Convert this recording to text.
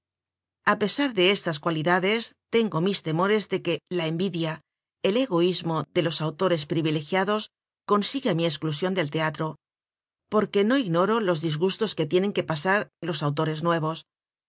a pesar de estas cualidades tengo mis temores de que la envidia el egoismo de los autores privilegiados consiga mi esclusion del teatro porque no ignoro los disgustos que tienen que pasar los autores nuevos